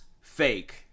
fake